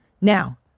Now